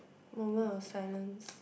moment of silence